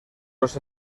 los